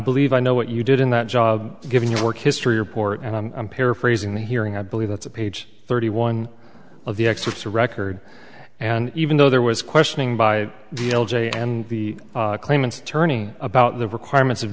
believe i know what you did in that job given your work history report and i'm paraphrasing the hearing i believe that's a page thirty one of the excerpts of record and even though there was questioning by the l j and the claimants attorney about the requirements of